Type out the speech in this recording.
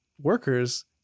workers